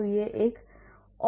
तो यह एक औसत लेने जैसा है